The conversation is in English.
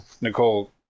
Nicole